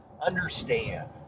understand